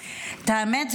האמת,